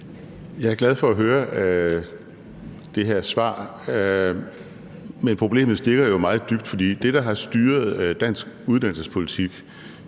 Jeg er glad for at høre det her svar. Men problemet stikker meget dybt, for det, der har styret dansk uddannelsespolitik